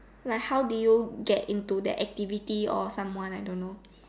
like how did you get into that activity or someone I don't know